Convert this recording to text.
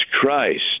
Christ